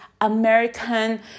American